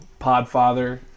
Podfather